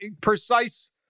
precise